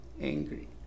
angry